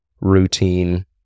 routine